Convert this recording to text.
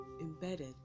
embedded